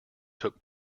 took